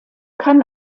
kann